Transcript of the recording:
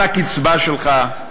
על הקצבה שלך,